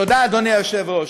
תודה, אדוני היושב-ראש.